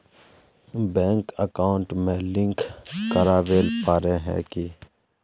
Bank account में link करावेल पारे है की?